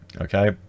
Okay